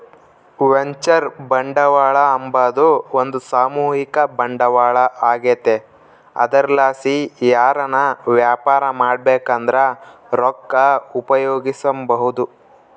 venture ಬಂಡವಾಳ ಅಂಬಾದು ಒಂದು ಸಾಮೂಹಿಕ ಬಂಡವಾಳ ಆಗೆತೆ ಅದರ್ಲಾಸಿ ಯಾರನ ವ್ಯಾಪಾರ ಮಾಡ್ಬಕಂದ್ರ ರೊಕ್ಕ ಉಪಯೋಗಿಸೆಂಬಹುದು